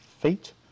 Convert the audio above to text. feet